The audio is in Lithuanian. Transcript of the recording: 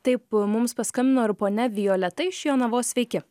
taip mums paskambino ir ponia violeta iš jonavos sveiki